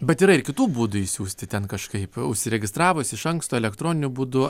bet yra ir kitų būdų išsiųsti ten kažkaip užsiregistravus iš anksto elektroniniu būdu